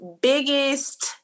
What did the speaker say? biggest